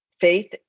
faith